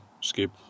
skip